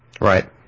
Right